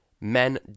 men